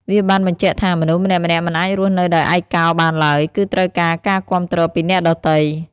វាបានបញ្ជាក់ថា មនុស្សម្នាក់ៗមិនអាចរស់នៅដោយឯកោបានឡើយ គឺត្រូវការការគាំទ្រពីអ្នកដទៃ។